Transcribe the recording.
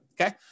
Okay